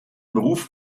beruf